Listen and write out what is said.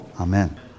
Amen